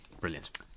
Brilliant